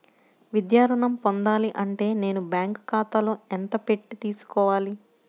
విద్యా ఋణం పొందాలి అంటే నేను బ్యాంకు ఖాతాలో ఎంత పెట్టి తీసుకోవాలి?